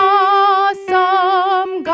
awesome